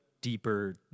deeper